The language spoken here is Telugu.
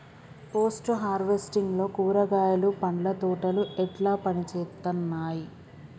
పోస్ట్ హార్వెస్టింగ్ లో కూరగాయలు పండ్ల తోటలు ఎట్లా పనిచేత్తనయ్?